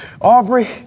Aubrey